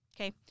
Okay